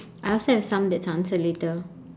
I also have some that's answered later